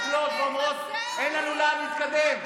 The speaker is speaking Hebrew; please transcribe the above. מסתכלות ואומרות: אין לנו לאן להתקדם.